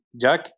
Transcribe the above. Jack